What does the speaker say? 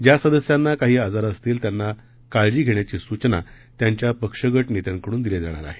ज्या सदस्यांना काही आजार असतील त्यांना काळजी धेण्याची सूचना त्यांच्या पक्ष गट नेत्यांकडून दिली जाणार आहे